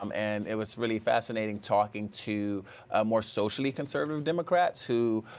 um and it was really fascinating, talking to more socially conservative democrats, who